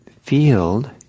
field